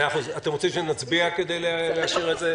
אוקיי, אתם רוצים שנצביע כדי שנאשר את זה?